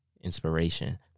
Inspiration